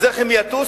אז איך, הם יטוסו?